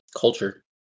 culture